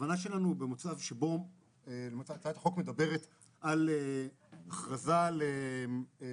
הכוונה שלנו היא למצב שהצעת החוק מדברת על הכרזה על אסון,